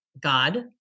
god